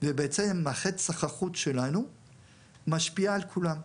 ובעצם מערכת סחר חוץ שלנו משפיעה על כולם.